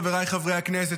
חבריי חברי הכנסת,